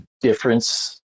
difference